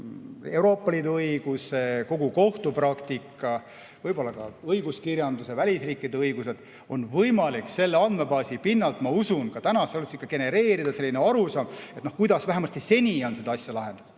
Euroopa Liidu õiguse, kogu kohtupraktika, võib-olla ka õiguskirjanduse, välisriikide õigused, on võimalik selle andmebaasi pinnalt, ma usun, ka täna genereerida selline arusaam, kuidas vähemasti seni on seda asja lahendatud.